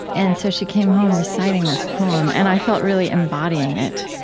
and so she came home reciting this poem and i felt really embodying it.